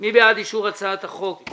מי בעד אישור הצעת החוק?